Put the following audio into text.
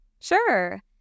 Sure